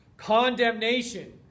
condemnation